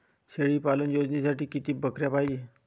शेळी पालन योजनेसाठी किती बकऱ्या पायजे?